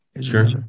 Sure